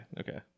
okay